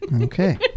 Okay